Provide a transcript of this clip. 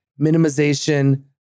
minimization